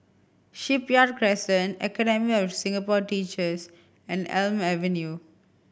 Shipyard Crescent Academy of Singapore Teachers and Elm Avenue